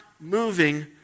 moving